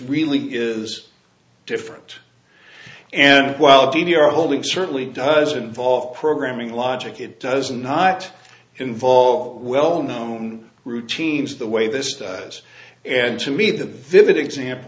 really is different and while d v r holding certainly does involve programming logic it does not involve well known routines the way this has and to me the vivid example